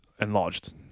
enlarged